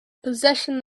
possession